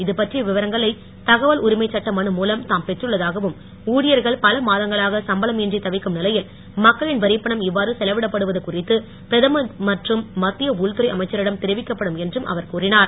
இதுபற்றிய விவரங்களை தகவல் உரிமை சட்ட மனு மூலம் தாம் பெற்றுள்ளதாகவும் ஊழியர்கள் பல மாதங்களாக சம்பளம் இன்றி தவிக்கும் நிலையில் மக்களின் வரிப்பணம் இவ்வாறு செலவிடப்படுவது குறித்து பிரதமர் மற்றும் மத்திய உள்துறை அமைச்சரிடம் தெரிவிக்கப்படும் என்றும் அவர் கூறினார்